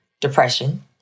depression